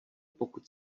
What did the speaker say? pokud